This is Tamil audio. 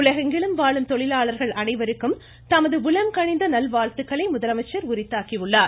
உலகெங்கிலும் வாழும் தொழிலாளர்கள் அனைவருக்கும் தமது உளங்கனிந்த நல்வாழ்த்துக்களை முதலமைச்சர் உரித்தாக்கியுள்ளார்